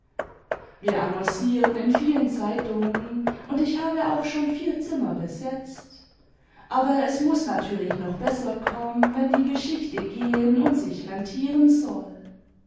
wir annoncieren in vielen zeitungen und ich habe auch schon vier zimmer besetzt aber es muß natürlich noch besser kommen wenn die geschichte gehen und sich rentieren soll